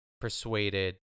persuaded